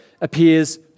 appears